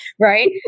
right